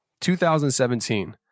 2017